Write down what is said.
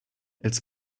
its